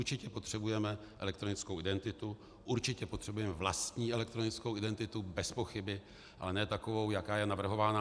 Určitě potřebujeme elektronickou identitu, určitě potřebujeme vlastní elektronickou identitu bezpochyby, ale ne takovou, jaká je navrhována.